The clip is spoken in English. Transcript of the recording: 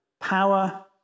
power